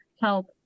help